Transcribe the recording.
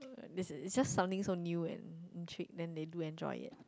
this is it's just something so new and cheat then they do enjoy it